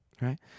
right